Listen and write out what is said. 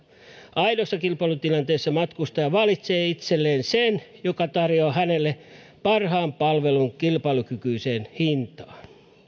aidossa kilpailutilanteessa matkustaja valitsee itselleen sen joka tarjoaa hänelle parhaan palvelun kilpailukykyiseen hintaan nykyiselläänkin vrllä on kehittämistä asiakaspalvelussa ja tiedottamisessa